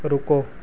ਰੁਕੋ